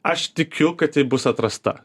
aš tikiu kad ji bus atrasta